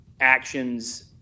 actions